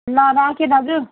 ल राखेँ दाजु